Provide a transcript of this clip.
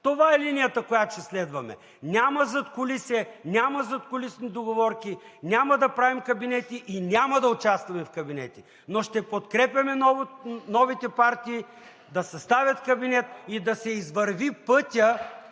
Това е линията, която ще следваме. Няма задкулисие, няма задкулисни договорки, няма да правим кабинети и няма да участваме в кабинети, но ще подкрепяме новите партии да съставят кабинет и да се извърви пътят